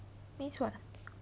means what